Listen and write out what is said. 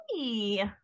Hey